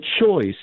choice